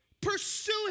Pursue